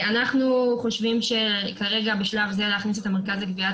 אנחנו חושבים שכרגע בשלב זה להכניס את המרכז לגביית